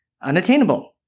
unattainable